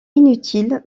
inutile